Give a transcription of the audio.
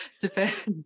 Depends